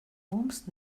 mums